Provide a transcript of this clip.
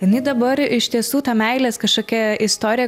jinai dabar iš tiesų ta meilės kažkokia istorija